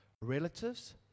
relatives